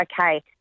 okay